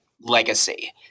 legacy